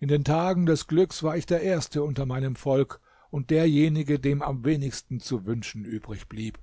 in den tagen des glücks war ich der erste unter meinem volk und derjenige dem am wenigsten zu wünschen übrig blieb